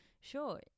sure